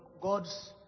gods